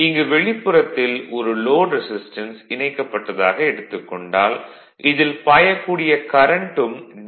இங்கு வெளிப்புறத்தில் ஒரு லோட் ரெசிஸ்டன்ஸ் இணைக்கப்பட்டதாக எடுத்துக் கொண்டால் இதில் பாயக்கூடிய கரண்ட்டும் டி